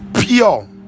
pure